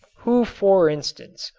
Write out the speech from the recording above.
who, for instance,